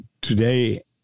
today